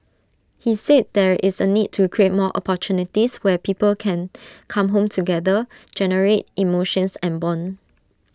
he said there is A need to create more opportunities where people can come home together generate emotions and Bond